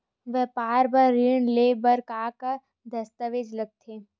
व्यापार बर ऋण ले बर का का दस्तावेज लगथे?